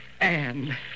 Anne